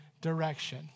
direction